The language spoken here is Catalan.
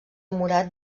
murat